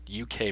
UK